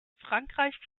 frankreich